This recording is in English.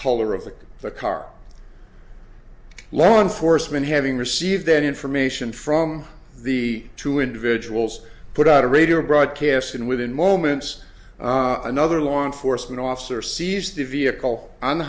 color of the car law enforcement having received that information from the two individuals put out a radio broadcast and within moments another law enforcement officer sees the vehicle on the